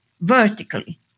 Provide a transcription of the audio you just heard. vertically